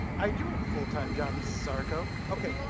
i do have a fulltime job, mrs arco. okay.